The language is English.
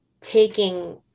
taking